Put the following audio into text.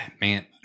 Man